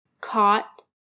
caught